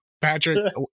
Patrick